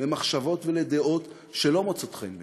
למחשבות ודעות שלא מוצאות חן בעינינו.